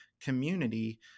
community